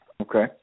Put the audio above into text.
Okay